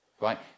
Right